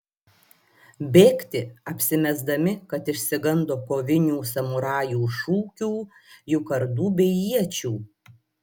bėgti apsimesdami kad išsigando kovinių samurajų šūkių jų kardų bei iečių